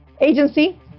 agency